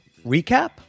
recap